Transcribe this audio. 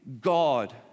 God